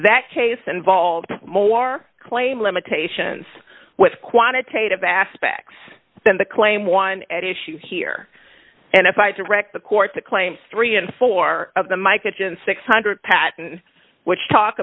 that case involved more claim limitations with quantitative aspects than the claim one at issue here and if i direct the court to claim three and four of the my kitchen six hundred which talk